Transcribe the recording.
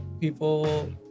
people